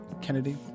Kennedy